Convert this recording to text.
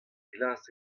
glas